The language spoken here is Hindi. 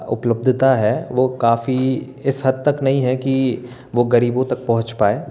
उपलब्धता है वो काफ़ी इस हद तक नहीं है कि वो गरीबों तक पहुँच पाए